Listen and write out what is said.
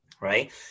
right